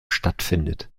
stattfindet